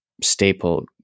staple